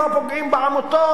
לא פוגעים בעמותות,